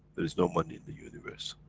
there is no money in the universe.